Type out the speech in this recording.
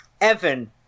Evan